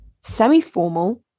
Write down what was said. semi-formal